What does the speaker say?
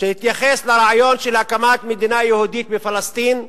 שהתייחס לרעיון של הקמת מדינה יהודית בפלסטין,